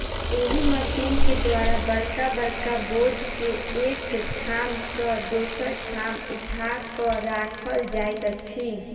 एहि मशीन के द्वारा बड़का बड़का बोझ के एक ठाम सॅ दोसर ठाम उठा क राखल जाइत अछि